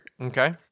Okay